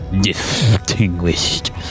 Distinguished